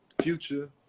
Future